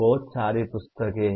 बहुत सारी पुस्तकें हैं